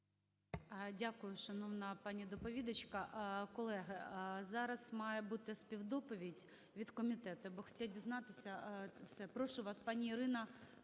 Дякую, шановна пані доповідачка. Колеги, зараз має бути співдоповідь від комітету, бо хотять дізнатися все. Пані Ірино,